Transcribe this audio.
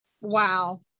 Wow